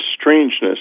strangeness